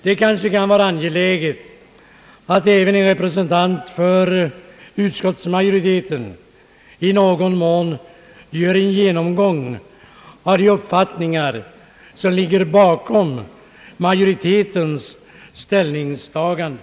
Det kanske kan vara angeläget att även en representant för utskottsmajoriteten i någon mån gör en genomgång av de uppfattningar som ligger bakom majoritetens ställningstaganden.